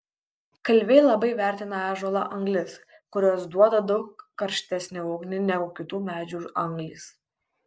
kalviai labai vertina ąžuolo anglis kurios duoda daug karštesnę ugnį negu kitų medžių anglys